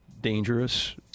Dangerous